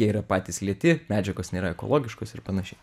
jie yra patys lėti medžiagos nėra ekologiškos ir panašiai